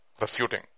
Refuting